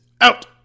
out